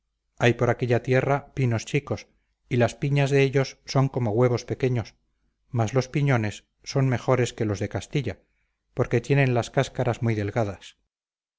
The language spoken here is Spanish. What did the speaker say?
hay por aquella tierra pinos chicos y las piñas de ellos son como huevos pequeños mas los piñones son mejores que los de castilla porque tienen las cáscaras muy delgadas